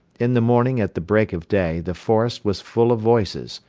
in the morning at the break of day the forest was full of voices,